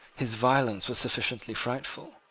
his violence was sufficiently frightful.